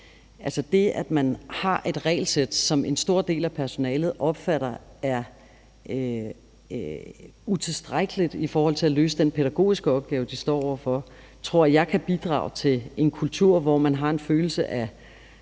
det, at man har et regelsæt, som en stor del af personalet opfatter som utilstrækkeligt i forhold til at løse den pædagogiske opgave, de står over for, kan bidrage til en kultur, hvor man som personale har